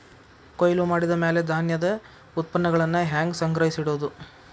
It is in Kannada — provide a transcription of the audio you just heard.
ಕೊಯ್ಲು ಮಾಡಿದ ಮ್ಯಾಲೆ ಧಾನ್ಯದ ಉತ್ಪನ್ನಗಳನ್ನ ಹ್ಯಾಂಗ್ ಸಂಗ್ರಹಿಸಿಡೋದು?